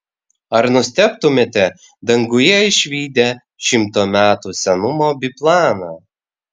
ar nustebtumėte danguje išvydę šimto metų senumo biplaną